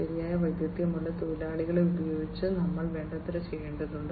ശരിയായ വൈദഗ്ധ്യമുള്ള തൊഴിലാളികളെ ഉപയോഗിച്ച് ഞങ്ങൾ വേണ്ടത്ര ചെയ്യേണ്ടതുണ്ട്